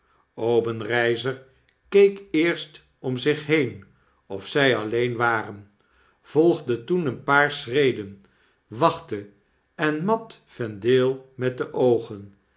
obenreizer keek eerst om zich heen of z jj alleen waren volgde toen een paar schreden wachtte en mat vendale met de oogen